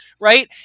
Right